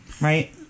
right